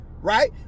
Right